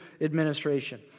administration